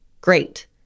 great